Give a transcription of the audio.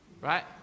right